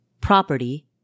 property